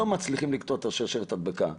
לא מצליחים לקטוע את שרשרת ההדבקה.